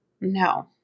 No